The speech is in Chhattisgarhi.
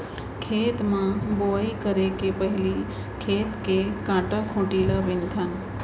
खेत म बोंवई करे के पहिली खेत के कांटा खूंटी ल बिनथन